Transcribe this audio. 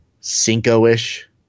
Cinco-ish